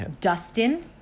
Dustin